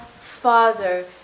Father